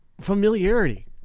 familiarity